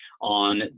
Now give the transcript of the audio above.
on